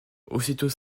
aussitôt